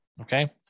Okay